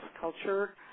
culture